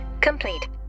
complete